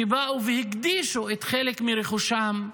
שבאו והקדישו את חלק מרכושם,